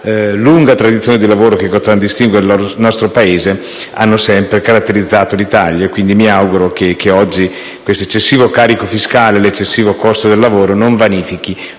lunga tradizione di lavoro che contraddistingue il nostro Paese, ha sempre caratterizzato l'Italia. Mi auguro che oggi l'eccessivo carico fiscale e l'eccessivo costo del lavoro non vanifichino